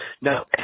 No